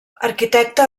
arquitecte